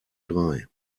drei